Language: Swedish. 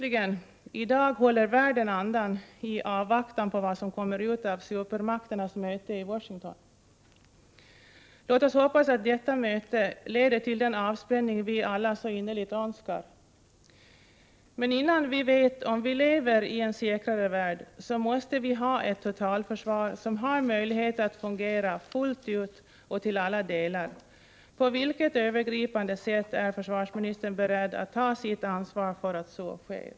I dag håller världen andan i avvaktan på vad som kommer ut av supermakternas möte i Washington. Låt oss hoppas att detta möte leder till den avspänning vi alla så innerligt önskar. Men innan vi vet om vi lever i en säkrare värld, måste vi ha ett totalförsvar som har möjlighet att fungera fullt ut och till alla delar. På vilket övergripande sätt är försvarsministern beredd att ta sitt ansvar för att så sker?